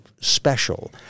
special